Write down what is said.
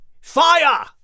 Fire